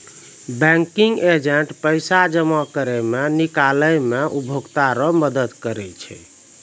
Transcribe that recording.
banking agent पैसा जमा करै मे, निकालै मे उपभोकता रो मदद करै छै